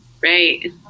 right